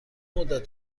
مدت